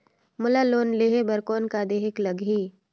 मोला लोन लेहे बर कौन का देहेक लगही?